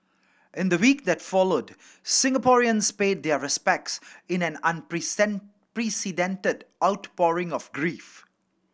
in the week that followed Singaporeans paid their respects in an outpouring of grief